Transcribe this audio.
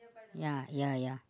ya ya ya